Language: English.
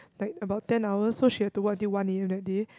like about ten hours so she has to work until one a_m that day